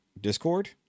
Discord